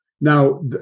Now